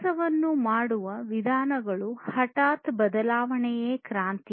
ಕೆಲಸಗಳನ್ನು ಮಾಡುವ ವಿಧಾನದಲ್ಲಿ ಹಠಾತ್ ಬದಲಾವಣೆಯೇ ಕ್ರಾಂತಿ